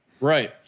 Right